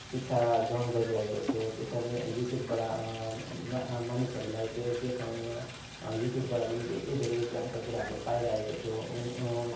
शिक्षा ग्रहण गरिरहेको थियो त्यसरी नै युट्युबबाट मानिसहरूलाई त्यो त्यो समयमा युट्युबबाट पनि धेरै धेरै ज्ञानका कुराहरू पाइरहेको थियो उनी